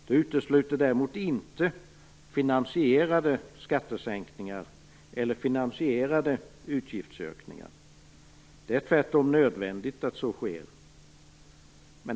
Det utesluter däremot inte finansierade skattesänkningar eller finansierade utgiftsökningar. De är tvärtom nödvändiga.